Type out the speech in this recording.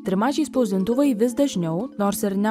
trimačiai spausdintuvai vis dažniau nors ir ne